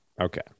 okay